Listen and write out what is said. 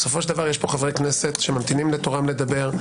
בסופו של דבר יש פה חברי כנסת שממתינים לתורם לדבר.